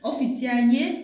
Oficjalnie